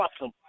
awesome